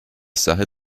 sache